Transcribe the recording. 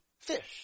fish